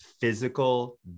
physical